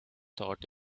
thought